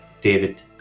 David